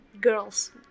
girls